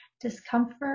discomfort